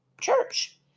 church